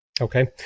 Okay